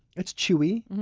it's chewy,